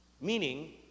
Meaning